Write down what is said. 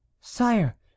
sire